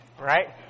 right